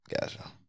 Gotcha